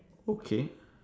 okay